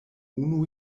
unu